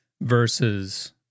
versus